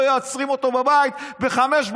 ולא היו עוצרים אותו בבית ב-05:00,